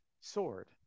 sword